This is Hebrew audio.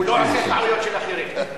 הוא לא עושה טעויות של אחרים.